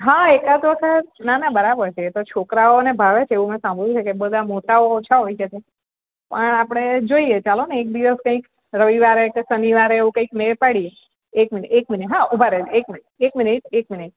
હં એકાદ જ ના ના બરાબર છે છોકરાઓને ભાવે છે એવુ મેં સાંભળ્યું છે કે બધા મોટાઓ ઓછા હોય છે ત્યાં પણ આપણે જોઈએ ચાલો ને એક દિવસ કંઈક રવિવારે કે શનિવારે એવું કંઈક મેળ પાડીએ એક મિનિટ એક મિનિટ હા ઉભા રહેજો એક મિનિટ એક મિનિટ